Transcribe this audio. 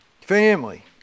family